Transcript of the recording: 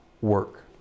work